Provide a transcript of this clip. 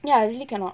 ya I really cannot